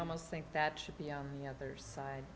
almost think that should be on the other side